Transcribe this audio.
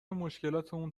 مشکلاتمون